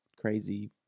crazy